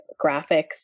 graphics